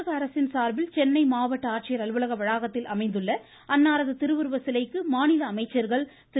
தமிழக அரசின் சார்பில் சென்னை மாவட்ட ஆட்சியர் அலுவலக வளாகத்தில் அமைந்துள்ள அன்னாரது திருவுருவ சிலைக்கு மாநில அமைச்சர்கள் திரு